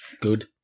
good